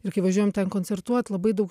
ir kai važiuojam ten koncertuot labai daug